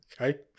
Okay